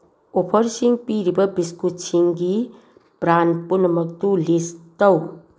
ꯑꯣꯐꯔꯁꯤꯡ ꯄꯤꯔꯤꯕ ꯕꯤꯁꯀꯨꯠꯁꯤꯡꯒꯤ ꯕ꯭ꯔꯥꯟ ꯄꯨꯝꯅꯃꯛꯇꯨ ꯂꯤꯁ ꯇꯧ